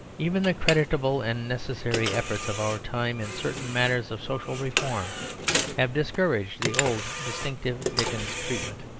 even the creditable and necessary efforts of our time in certain matters of social reform have discouraged the old distinctive dickens treatment.